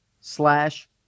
slash